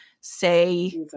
say